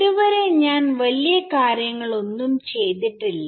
ഇത് വരെ ഞാൻ വലിയ കാര്യങ്ങൾ ഒന്നും ചെയ്തിട്ടില്ല